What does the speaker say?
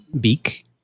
beak